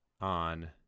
on